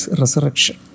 resurrection